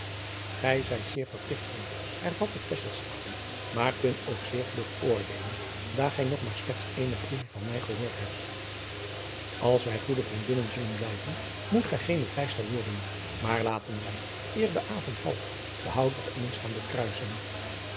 gij zijt zeer verpligtend hervatte tesselschade maar kunt ook zeer vlug oordeelen daar gij nog maar slechts ééne proeve van mij gehoord hebt als wij goede vriendinnen zullen blijven moet gij geene vleister worden maar laten wij eer de avond valt den hout nog eens gaan doorkruisen